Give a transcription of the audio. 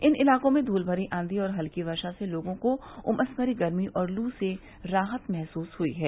इन इलाकों में धूल भरी आंधी और हल्की वर्षा से लोगों को उमस भरी गर्मी और लू से राहत महसूस हई है